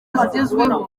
zigezweho